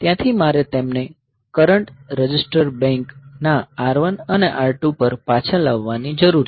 ત્યાંથી મારે તેમને કરંટ રજિસ્ટર બેંક ના R1 અને R2 પર પાછા લાવવાની જરૂર છે